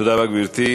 תודה רבה, גברתי.